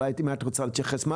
אולי את רוצה להתייחס.